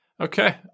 Okay